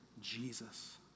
Jesus